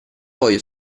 voglio